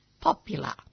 popular